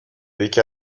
یکی